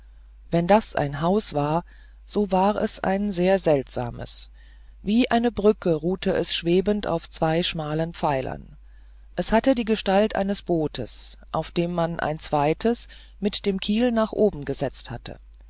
wenn das ein haus war so war es ein sehr seltsames wie eine brücke ruhte es schwebend auf zwei schmalen pfeilern es hatte die gestalt eines bootes auf das man ein zweites mit dem kiel nach oben gesetzt hatte